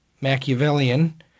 Machiavellian